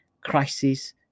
crisis